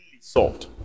solved